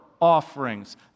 offerings